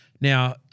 Now